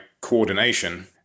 coordination